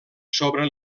sobre